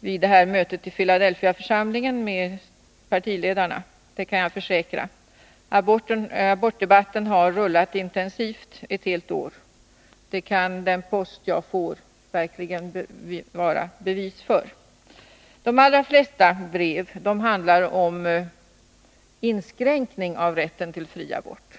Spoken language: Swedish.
vid mötet i Filadelfiaförsamlingen med partiledarna, det kan jag försäkra. Abortdebatten har rullat intensivt ett helt år, och det kan den post jag får verkligen vara bevis för. De allra flesta breven handlar om inskränkning i rätten till fri abort.